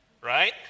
right